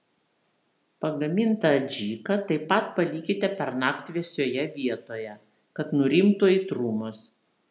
pagamintą adžiką taip pat palikite pernakt vėsioje vietoje kad nurimtų aitrumas